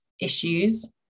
issues